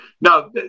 now